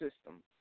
system